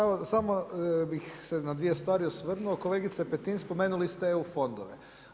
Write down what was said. Evo, samo bih se na 2 stvari osvrnuo, kolegice Petin spomenuli ste EU fondove.